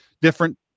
different